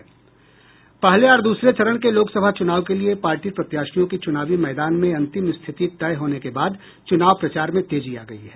पहले और दूसरे चरण के लोकसभा चुनाव के लिए पार्टी प्रत्याशियों की चुनावी मैदान में अंतिम स्थिति तय होने के बाद चुनाव प्रचार में तेजी आ गयी है